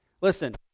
Listen